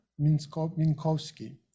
Minkowski